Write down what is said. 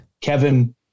Kevin